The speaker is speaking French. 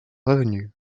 revenue